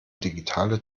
digitale